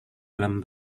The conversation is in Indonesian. dalam